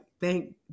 thank